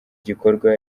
gikorwa